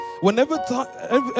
whenever